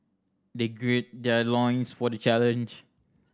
they gird their loins for the challenge